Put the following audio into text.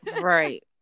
Right